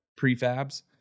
prefabs